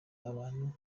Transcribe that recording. abantu